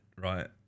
right